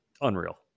unreal